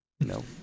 No